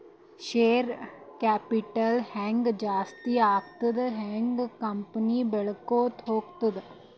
share capital ಹ್ಯಾಂಗ್ ಜಾಸ್ತಿ ಆಗ್ತದ ಹಂಗ್ ಕಂಪನಿ ಬೆಳ್ಕೋತ ಹೋಗ್ತದ